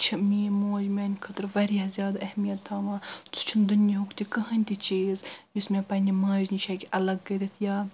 چھِ میٛٲنۍ موج میٛانہِ خٲطرٕ واریاہ زیادٕ اہمیت تھاوان سُہ چھُنہٕ دُنۍیٚہُک تہِ کٕنٛہےٕ تہِ چیٖز یُس مےٚ پنٕنہِ ماجہِ نِش ہیٚکہِ الگ کٔرِتھ یا